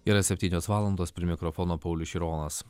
yra septynios valandos prie mikrofono paulius šironas